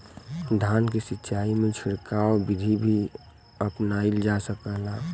धान के सिचाई में छिड़काव बिधि भी अपनाइल जा सकेला?